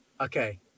Okay